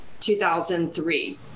2003